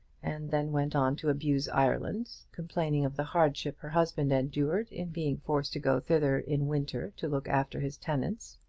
and then went on to abuse ireland, complaining of the hardship her husband endured in being forced to go thither in winter to look after his tenants.